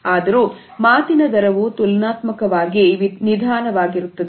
ಆದರೂ ಮಾತಿನ ದರವು ತುಲನಾತ್ಮಕವಾಗಿ ನಿಧಾನವಾಗಿರುತ್ತದೆ